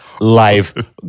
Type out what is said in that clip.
life